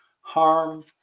harm